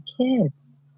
kids